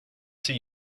see